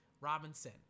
Robinson